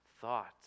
thoughts